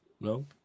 No